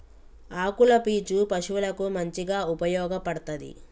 ఆకుల పీచు పశువులకు మంచిగా ఉపయోగపడ్తది